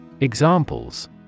Examples